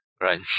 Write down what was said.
Right